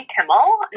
Kimmel